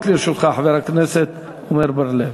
שלוש דקות לרשותך, חבר הכנסת עמר בר-לב.